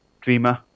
Dreamer